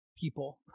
people